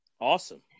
awesome